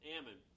Ammon